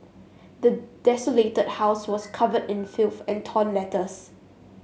the desolated house was covered in filth and torn letters